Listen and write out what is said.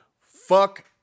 Fuck